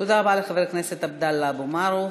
תודה רבה לחבר הכנסת עבדאללה אבו מערוף.